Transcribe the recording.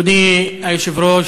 אדוני היושב-ראש,